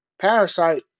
Parasite